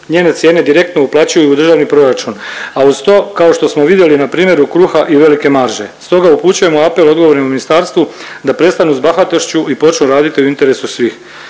njene cijene direktno uplaćuju u državni proračun, a uz to kao što smo vidjeli na primjeru kruha i velike marže. Stoga upućujemo apel odgovornima u ministarstvu da prestanu s bahatošću i počnu raditi u interesu svih.